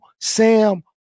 Sam